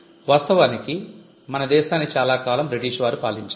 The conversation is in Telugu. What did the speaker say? వాస్తవానికి మన దేశాన్ని చాలాకాలం బ్రిటిష్ వారు పాలించారు